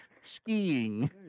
skiing